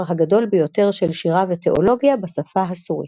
הגדול ביותר של שירה ותאולוגיה בשפה הסורית.